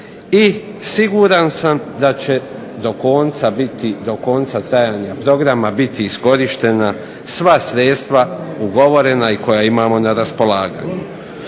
i siguran sam da će do konca trajanja programa biti iskorištena sva sredstva ugovorena i koja imamo na raspolaganju.